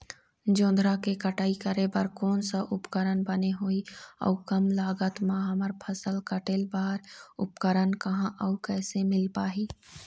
जोंधरा के कटाई करें बर कोन सा उपकरण बने होही अऊ कम लागत मा हमर फसल कटेल बार उपकरण कहा अउ कैसे मील पाही?